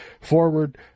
Forward